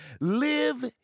Live